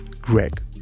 Greg